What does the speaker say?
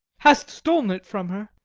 hast stol'n it from her?